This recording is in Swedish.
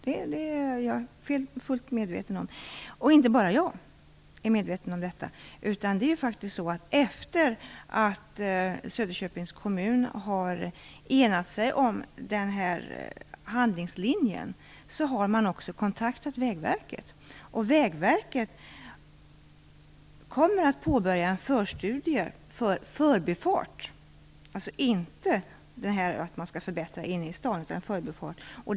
Det är jag fullt medveten om, och det är inte bara jag som är medveten om detta. Efter det att Söderköpings kommun har enat sig om den här handlingslinjen har de också kontaktat Vägverket. Vägverket kommer att påbörja en förstudie för en förbifart. Det handlar alltså inte om att man skall förbättra inne i staden.